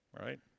right